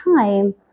time